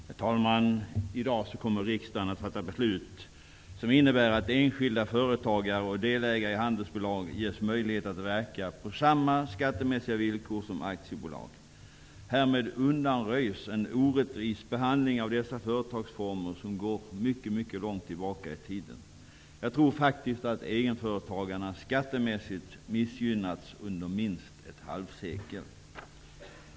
Herr talman! I dag kommer riksdagen att fatta beslut som innebär att enskilda företagare och delägare i handelsbolag ges möjlighet att verka på samma skattemässiga villkor som aktiebolag. Härmed undanröjs en orättvis behandling av dessa företagsformer som går mycket långt tillbaka i tiden. Jag tror faktiskt att egenföretagarna skattemässigt missgynnats under minst ett halvsekel.